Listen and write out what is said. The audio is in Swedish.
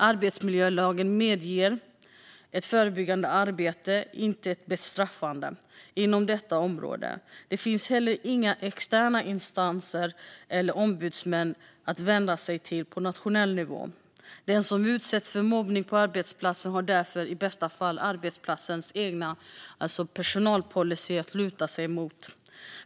Arbetsmiljölagen medger ett förebyggande arbete, inte ett bestraffande, inom detta område. Det finns inte heller några externa instanser eller ombudsmän att vända sig till på nationell nivå. Den som utsätts för mobbning på arbetsplatsen har därför i bästa fall arbetsplatsens egen personalpolicy att luta sig mot.